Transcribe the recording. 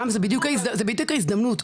רם, זאת בדיוק ההזדמנות.